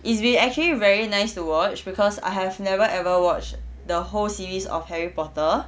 it's been actually very nice to watch because I have never ever watch the whole series of harry porter